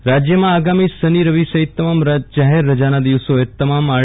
ઓ રાજયમાં આગામી શનિ રવિ સહિત તમામ જાહેર રજાના દિવસોએ તમામ આર